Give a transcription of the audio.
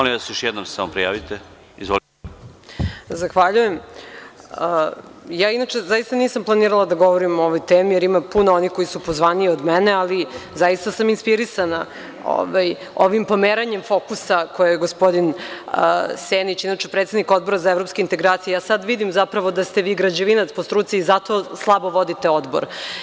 Ja inače, zaista nisam planirala da govorim o ovoj temi, jer ima puno onih koji su pozvaniji od mene, ali zaista sam inspirisana ovim pomeranjem fokusa koje je gospodin Senić, inače predsednik Odbora za evropske integracije, a ja sada vidim zapravo da ste vi građevinac po struci, i zato slabo vodite odbor.